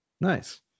nice